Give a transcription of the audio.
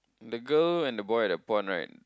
the girl and the boy at the pond right